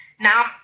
Now